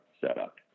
setup